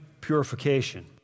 purification